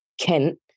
Kent